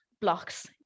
blocks